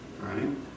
Right